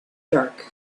dark